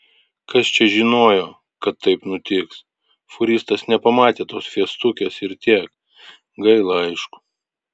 kas čia žinojo kad taip nutiks fūristas nepamatė tos fiestukės ir tiek gaila aišku